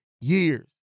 years